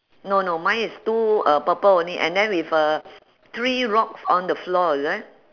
no no mine is two uh purple only and then with uh three rocks on the floor is it